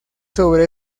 sobre